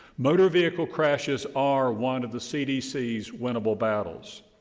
motor vehicle crashes are one of the cdc's winnable battles.